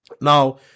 Now